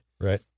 Right